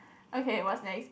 okay what's next